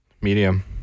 Medium